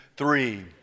Three